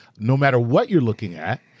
no matter what you're looking at,